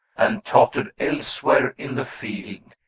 and tottered. elsewhere in the field,